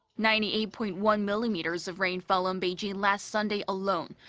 ninety eight point one millimeters of rain fell on beijing last sunday alone,